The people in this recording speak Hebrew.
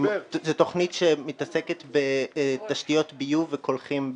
היה לנו כאן דיון על נצרת ועל בתי החולים הציבוריים,